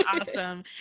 awesome